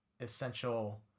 essential